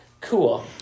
Cool